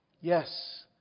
Yes